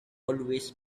always